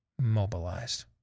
Mobilized